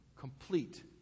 Complete